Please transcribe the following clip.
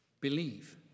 Believe